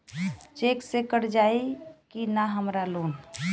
Check से कट जाई की ना हमार लोन?